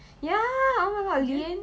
ya oh my god again